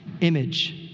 image